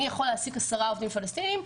אני יכול להעסיק עשרה עובדים פלסטיניים,